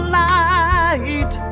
light